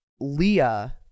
leah